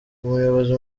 umuyobozi